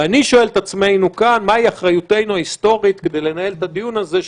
ואני שואל את עצמנו כאן מהי אחריותנו ההיסטורית כדי לנהל את הדיון הזה,